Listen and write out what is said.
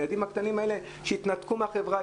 הילדים הקטנים האלה שהתנתקו מהחברה,